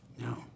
No